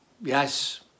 yes